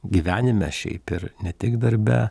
gyvenime šiaip ir ne tik darbe